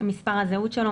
מספר הזהות שלו,